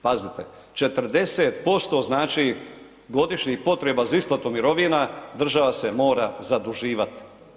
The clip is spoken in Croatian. Pazite, 40% znači godišnjih potreba za isplatu mirovina država se mora zaduživat.